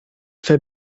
fait